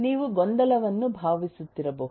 ನೀವು ಗೊಂದಲವನ್ನು ಭಾವಿಸುತ್ತಿರಬಹುದು